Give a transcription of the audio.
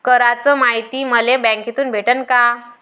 कराच मायती मले बँकेतून भेटन का?